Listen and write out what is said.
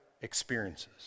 experiences